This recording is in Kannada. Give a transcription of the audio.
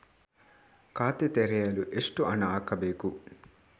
ಖಾತೆ ತೆರೆಯಲು ಎಷ್ಟು ಹಣ ಹಾಕಬೇಕು?